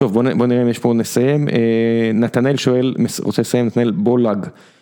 טוב בוא נראה אם יש פה עוד נסיים, נתנאל שואל, רוצה לסיים נתנאל בולג.